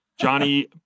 Johnny